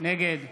נגד